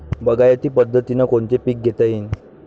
बागायती पद्धतीनं कोनचे पीक घेता येईन?